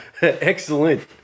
excellent